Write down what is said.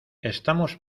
estamos